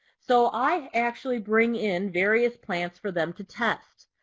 so i actually bring in various plants for them to test.